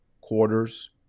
quarters